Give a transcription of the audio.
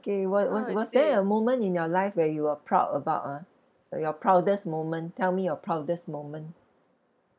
K wa~ was was there a moment in your life where you were proud about ah uh your proudest moment tell me your proudest moment